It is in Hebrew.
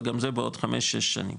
וגם זה בעוד חמש שש שנים,